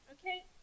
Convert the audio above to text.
okay